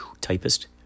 typist